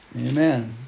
Amen